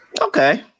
Okay